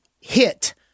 hit